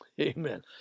amen